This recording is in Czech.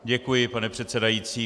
Děkuji, pane předsedající.